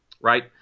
right